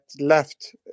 left